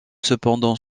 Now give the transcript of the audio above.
cependant